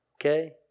Okay